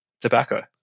tobacco